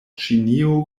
ĉinio